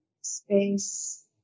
Space